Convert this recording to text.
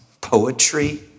poetry